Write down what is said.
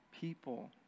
People